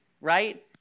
right